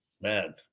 man